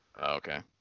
Okay